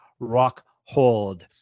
Rockhold